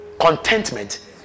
Contentment